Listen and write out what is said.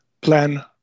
plan